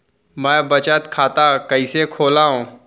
मै बचत खाता कईसे खोलव?